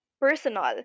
personal